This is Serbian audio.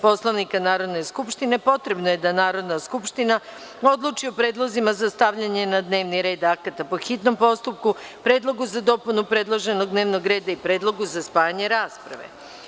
Poslovnika Narodne skupštine potrebno je da Narodna skupština odluči o predlozima za stavljanje na dnevni red akata po hitnom postupku, predlogu za dopunu predloženog dnevnog reda i predlogu za spajanje rasprave.